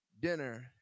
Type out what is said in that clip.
dinner